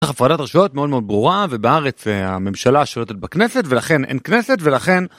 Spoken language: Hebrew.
הפרדת רשויות מאוד מאוד ברורה ובארץ הממשלה שולטת בכנסת ולכן אין כנסת ולכן